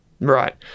Right